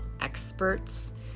experts